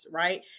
right